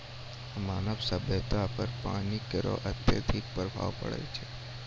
मानव सभ्यता पर पानी केरो अत्यधिक प्रभाव पड़ै छै